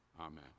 Amen